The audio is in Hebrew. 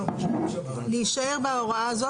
להישאר בהוראה הזאת,